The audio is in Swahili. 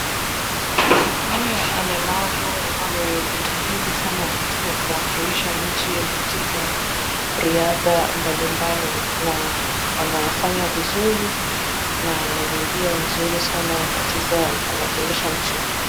Hawa walemavu wamejitahidi sana katika kuwakilisha nchi katika riadha mbalimbali na wanafanya vizuri na ni njia nzuri sana katika kuwakilisha nchi.